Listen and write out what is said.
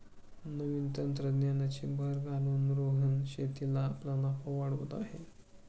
नवीन तंत्रज्ञानाची भर घालून रोहन शेतीत आपला नफा वाढवत आहे